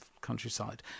countryside